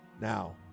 Now